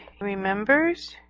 remembers